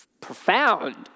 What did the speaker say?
profound